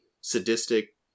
sadistic